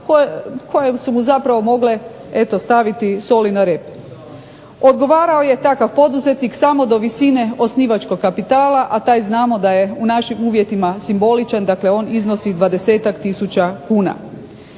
koje su mu zapravo mogle eto staviti soli na rep. Odgovarao je takav poduzetnik samo do visine osnivačkog kapitala, a taj znamo da je u našim uvjetima simboličan, dakle on iznosi 20-tak